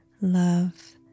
love